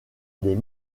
des